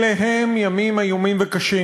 אלה הם ימים איומים וקשים.